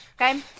okay